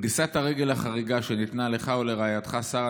"דריסת הרגל החריגה שניתנה לך ולרעייתך שרה